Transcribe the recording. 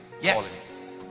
Yes